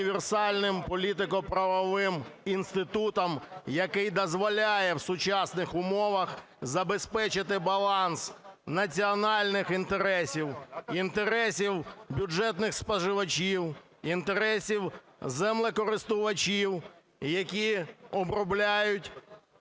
універсальним політико-правовим інститутом, який дозволяє в сучасних умовах забезпечити баланс національних інтересів, інтересів бюджетних споживачів, інтересів землекористувачів, які обробляють